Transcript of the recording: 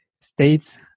states